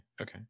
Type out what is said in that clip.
Okay